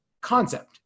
concept